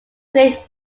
create